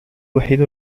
وحيد